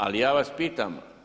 Ali ja vas pitam.